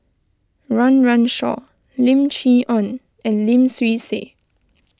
Run Run Shaw Lim Chee Onn and Lim Swee Say